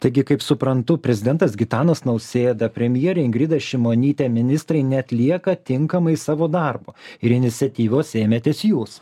taigi kaip suprantu prezidentas gitanas nausėda premjerė ingrida šimonytė ministrai neatlieka tinkamai savo darbo ir iniciatyvos ėmėtės jūs